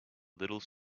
little